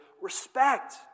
respect